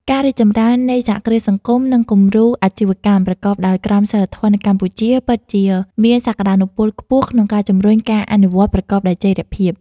ការរីកចម្រើននៃសហគ្រាសសង្គម និងគំរូអាជីវកម្មប្រកបដោយក្រមសីលធម៌នៅកម្ពុជា ពិតជាមានសក្ដានុពលខ្ពស់ក្នុងការជំរុញការអភិវឌ្ឍប្រកបដោយចីរភាព ។